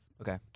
Okay